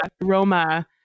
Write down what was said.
Roma